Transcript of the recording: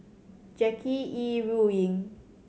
Jackie Yi Ru Ying